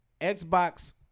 Xbox